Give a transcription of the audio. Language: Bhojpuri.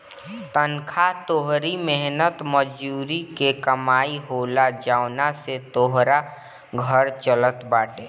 तनखा तोहरी मेहनत मजूरी के कमाई होला जवना से तोहार घर चलत बाटे